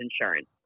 insurance